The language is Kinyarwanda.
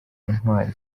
intwari